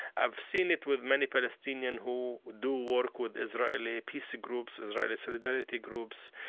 i've seen it with many palestinian who do work with israeli peace groups, israeli solidarity groups.